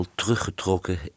teruggetrokken